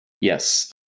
Yes